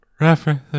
Reference